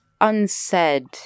unsaid